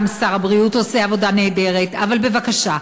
גם שר הבריאות עושה עבודה נהדרת, אבל בבקשה,